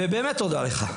ובאמת תודה לך.